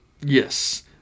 Yes